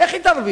איך היא תרוויח?